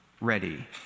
ready